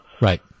Right